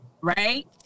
right